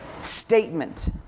statement